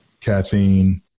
caffeine